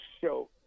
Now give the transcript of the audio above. show